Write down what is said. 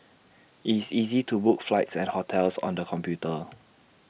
IT is easy to book flights and hotels on the computer